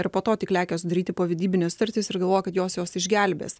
ir po to tik lekia sudaryti povedybines sutartis ir galvoja kad jos juos išgelbės